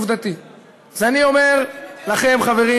עוד כשאני הייתי, בתקופה